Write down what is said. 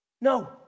No